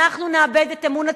אנחנו נאבד את אמון הציבור.